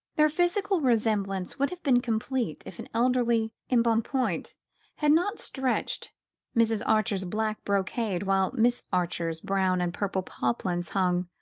their physical resemblance would have been complete if an elderly embonpoint had not stretched mrs. archer's black brocade, while miss archer's brown and purple poplins hung,